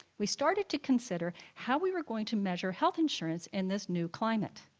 we started to consider how we were going to measure health insurance in this new climate.